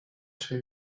się